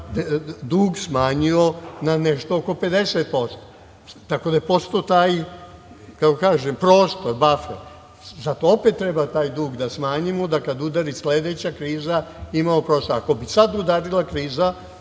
dug smanjio na nešto oko 50%. Tako da je postao taj prostor. Zato opet treba taj dug da smanjimo, da kada uradi sledeća kriza imamo prostora. Ako bi sad udarila kriza